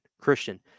Christian